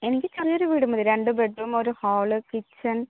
എനിക്ക് ചെറിയൊരു വീട് മതി രണ്ടു ബെഡ് റൂം ഒരു ഹാള് കിച്ചൺ